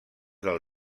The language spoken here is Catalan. del